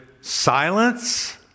silence